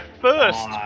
first